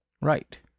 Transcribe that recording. Right